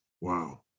Wow